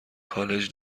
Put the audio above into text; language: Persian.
کالج